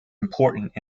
important